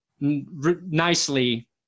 nicely